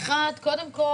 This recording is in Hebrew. קודם כול,